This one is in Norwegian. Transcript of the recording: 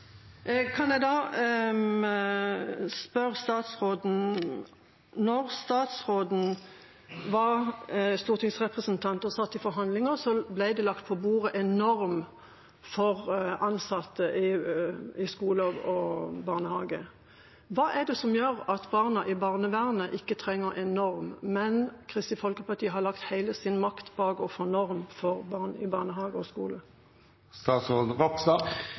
Kan jeg da spørre statsråden: Da statsråden var stortingsrepresentant og satt i forhandlinger, ble det lagt på bordet en norm for ansatte i skole og barnehage. Hva er det som gjør at barna i barnevernet ikke trenger en norm? Kristelig Folkeparti har lagt hele sin makt bak å få en norm i barnehage og